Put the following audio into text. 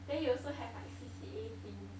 then you also have like C_C_A things